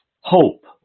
hope